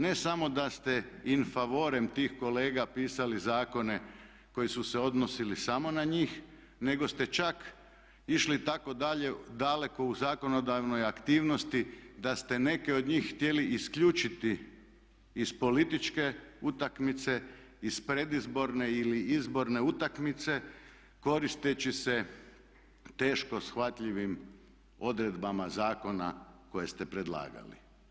Ne samo da ste in favorem tih kolega pisali zakone koji su se odnosili samo na njih nego ste čak išli tako daleko u zakonodavnoj aktivnosti da ste neke od njih htjeli isključiti iz političke utakmice, iz predizborne ili izborne utakmice koristeći se teško shvatljivim odredbama zakona koje ste predlagali.